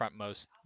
frontmost